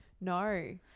No